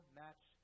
match